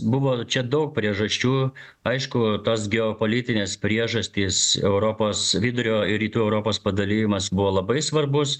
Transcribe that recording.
buvo čia daug priežasčių aišku tos geopolitinės priežastys europos vidurio ir rytų europos padalijimas buvo labai svarbus